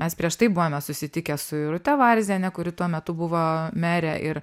mes prieš tai buvome susitikę su irute varziene kuri tuo metu buvo merė ir